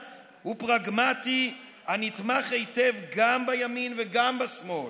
ופרגמטי הנתמך היטב גם בימין וגם בשמאל.